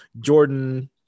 Jordan